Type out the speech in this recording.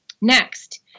Next